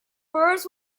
birds